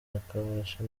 akabasha